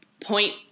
point